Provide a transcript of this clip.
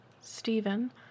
Stephen